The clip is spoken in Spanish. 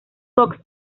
cox